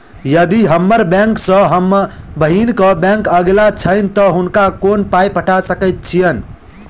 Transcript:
यदि हम्मर बैंक सँ हम बहिन केँ बैंक अगिला छैन तऽ हुनका कोना पाई पठा सकैत छीयैन?